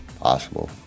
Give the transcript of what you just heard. Possible